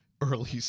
early